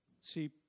See